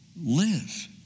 live